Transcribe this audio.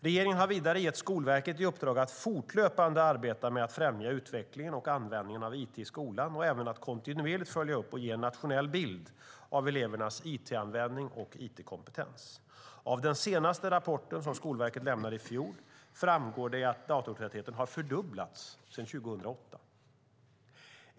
Regeringen har vidare gett Skolverket i uppdrag att fortlöpande arbeta med att främja utvecklingen och användningen av it i skolan och även att kontinuerligt följa upp och ge en nationell bild av elevernas it-användning och it-kompetens. Av den senaste rapporten, som Skolverket lämnade i fjol, framgår det att datortätheten har fördubblats sedan 2008.